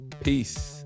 Peace